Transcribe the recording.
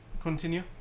Continue